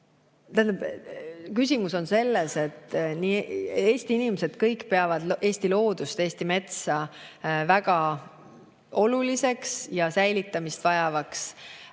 küsimus on selles, et Eesti inimesed kõik peavad Eesti loodust, Eesti metsa väga oluliseks ja säilitamist vajavaks.